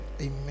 amen